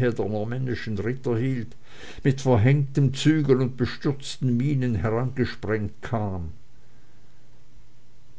ritter hielt mit verhängtem zügel und bestürzten mienen herangesprengt kam